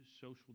Social